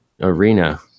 arena